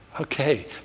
Okay